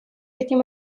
этим